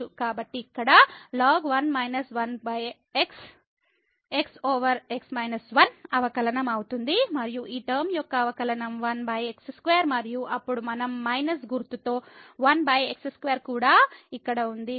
కాబట్టి ఇక్కడ ln x over x 1 అవకలనం అవుతుంది మరియు ఈ టర్మ యొక్క అవకలనం1x2మరియు అప్పుడు మనం మైనస్ గుర్తుతో 1x2 కూడా ఇక్కడ ఉంది